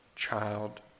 Child